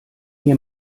mir